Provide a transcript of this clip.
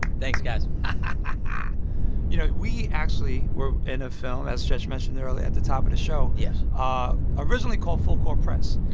thanks, guys you know, we actually were in a film, as stretch mentioned earlier at the top of the show yes ah originally called full court press.